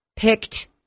picked